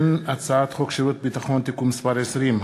הצעת חוק שירות ביטחון (תיקון מס' 20),